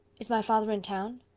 is my father in town?